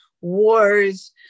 wars